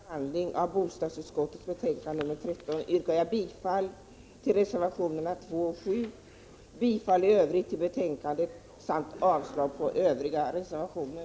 Herr talman! Med hänvisning till tidigare behandling av bostadsutskottets betänkande 13 yrkar jag bifall till reservationerna 2 och 7, i övrigt till utskottets hemställan och därmed avslag på övriga reservationer.